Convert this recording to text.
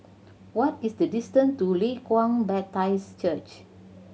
what is the distance to Leng Kwang Baptist Church